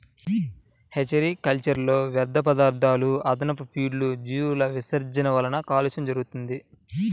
hatchery కల్చర్లో వ్యర్థపదార్థాలు, అదనపు ఫీడ్లు, జీవుల విసర్జనల వలన కాలుష్యం జరుగుతుంది